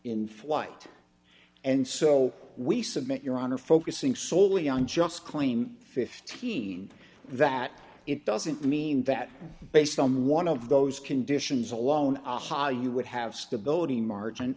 in flight and so we submit your honor focusing soley on just claim fifteen that it doesn't mean that based on one of those conditions alone aha you would have stability margin